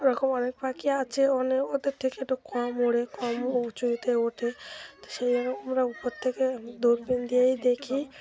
ওরকম অনেক পাখি আছে অনেক ওদের থেকে একটু কম ওড়ে কম উঁচুতে ওঠে তো সেই জন্য আমরা উপর থেকে দূরবিন দিয়েই দেখি